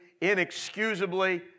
inexcusably